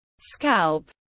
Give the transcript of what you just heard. scalp